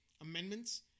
amendments